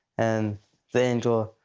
and the angel,